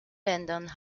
ländern